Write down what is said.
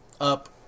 up